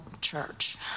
church